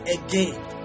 again